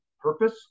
purpose